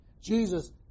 Jesus